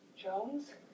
Jones